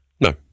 No